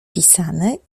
pisane